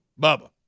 Bubba